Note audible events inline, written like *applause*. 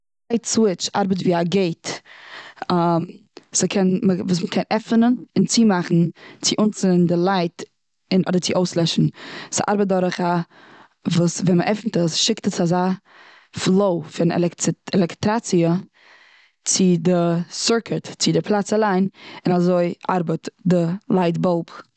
לייט סוויטש ארבעט ווי א געיט, *hesitation* ס'קען *unintelligible* מיט וואס מ'קען עפענען, און צומאכן צו אנצינדן די לייט און אדער צו אויסלעשן. ס'ארבעט דורך א, וואס ווען מ'עפנט עס שיקט עס אזא פלוי פון *unintelligible* עלעקטריטאציע צו די סירקוט פלאץ אליין און אזוי ארבעט די לייט באלב.